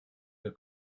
der